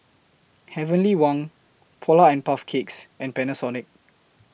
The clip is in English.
Heavenly Wang Polar and Puff Cakes and Panasonic